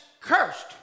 cursed